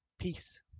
Peace